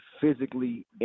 physically